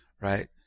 right